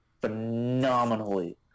phenomenally